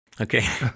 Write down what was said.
Okay